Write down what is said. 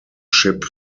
ship